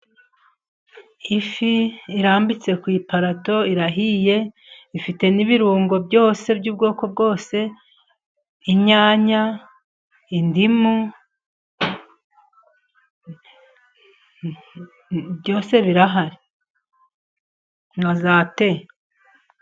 Ifi irambitse ku iparato irahiye, ifite n'ibirungo byose by'ubwoko bwose. Inyanya, indimu, byose birahari na za te.